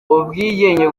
ubwigenge